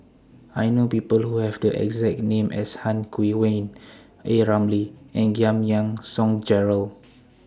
I know People Who Have The exact name as Han Guangwei A Ramli and Giam Yean Song Gerald